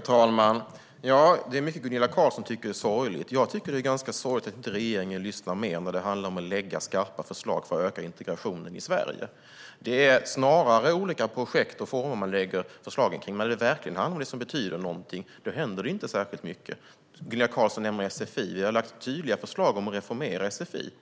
talman! Det är mycket som Gunilla Carlsson tycker är sorgligt. Jag tycker att det är ganska sorgligt att regeringen inte lyssnar mer när det handlar om att lägga fram skarpa förslag för att öka integrationen i Sverige. Snarare handlar det om olika former av projekt som man lägger fram förslag om, men när harmoniseringen verkligen betyder någonting händer det inte särskilt mycket. Gunilla Carlsson nämnde sfi. Vi har lagt fram tydliga förslag om att reformera sfi.